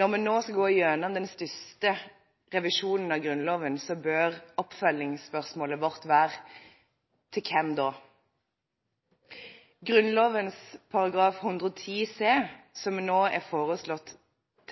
Når vi nå skal gå gjennom den største revisjonen av Grunnloven, bør oppfølgingsspørsmålet vårt være: Til hvem da? Grunnloven § 110 c, som nå er foreslått